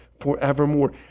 forevermore